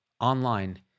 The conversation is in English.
online